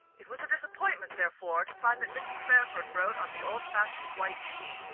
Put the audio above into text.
it was a disappointment, therefore, to find that mrs. fairford wrote on the old-fashioned white sheet,